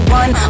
one